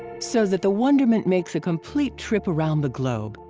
so that the wonderment makes a complete trip around the globe,